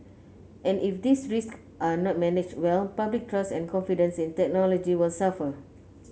and if these risks are not managed well public trust and confidence in technology will suffer